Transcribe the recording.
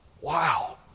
Wow